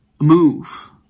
move